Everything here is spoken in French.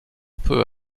peu